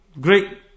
great